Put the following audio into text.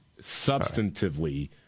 substantively